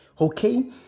Okay